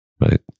Right